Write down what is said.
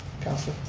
councilor.